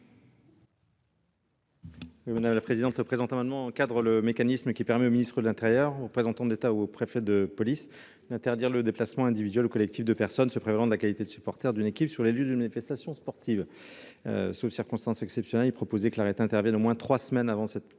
Mandelli. Le présent amendement a pour objet d'encadrer le mécanisme permettant au ministre de l'intérieur, au représentant de l'État ou au préfet de police d'interdire le déplacement individuel ou collectif de personnes se prévalant de la qualité de supporters d'une équipe sur les lieux d'une manifestation sportive. Sauf circonstances exceptionnelles, il est proposé que l'arrêté intervienne au moins trois semaines avant la manifestation.